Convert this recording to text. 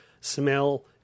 smell